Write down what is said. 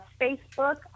Facebook